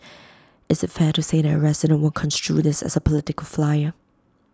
is IT fair to say that A resident will construe this as A political flyer